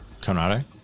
Conrado